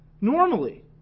normally